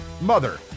mother